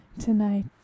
Tonight